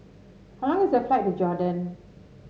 how long is the flight to Jordan